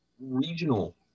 regional